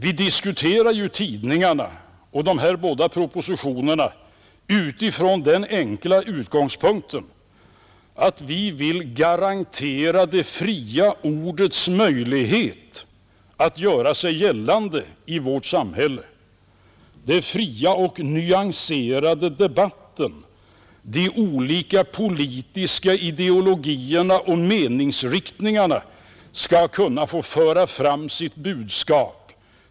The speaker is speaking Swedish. Vi diskuterar ju tidningarna i de här båda propositionerna från den enkla utgångspunkten att vi vill garantera det fria ordets möjligheter att göra sig gällande i vårt samhälle — den fria och nyanserade debatten, de olika politiska ideologierna och meningsriktningarna skall kunna föra fram sitt budskap.